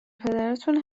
پدراتون